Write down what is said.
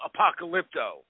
Apocalypto